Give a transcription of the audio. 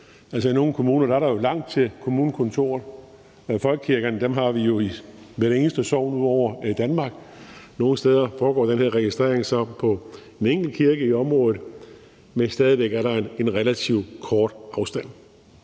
I nogle kommuner er der langt til kommunekontoret, og folkekirkerne har vi jo i hvert eneste sogn ud over Danmark. Nogle steder foregår den her registrering så i en enkelt kirke i området, men stadig væk er der en relativt kort afstand.